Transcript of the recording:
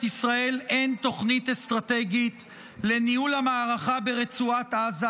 ישראל אין תוכנית אסטרטגית לניהול המערכה ברצועת עזה.